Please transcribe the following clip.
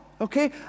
okay